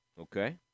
Okay